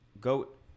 goat